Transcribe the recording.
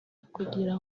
kugira